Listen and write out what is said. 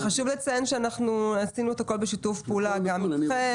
וחשוב לציין שעשינו הכל בשיתוף פעולה גם איתכם.